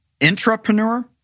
intrapreneur